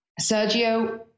Sergio